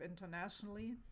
internationally